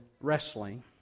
wrestling